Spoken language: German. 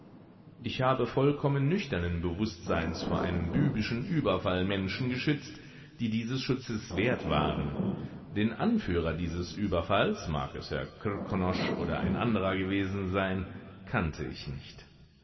ich habe vollkommen nüchternen bewußtseins vor einem bübischen überfall menschen geschützt die dieses schutzes wert waren den anführer dieses überfalls mag es herr krkonosch oder ein anderer gewesen sein kannte ich nicht